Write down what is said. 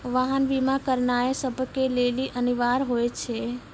वाहन बीमा करानाय सभ के लेली अनिवार्य होय छै